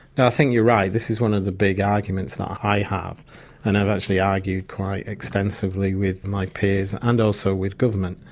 you're right. this is one of the big arguments that i have and i've actually argued quite extensively with my peers and also with government,